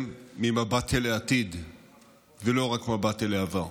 ממבט אל העתיד ולא רק מבט אל העבר.